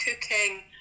cooking